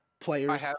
players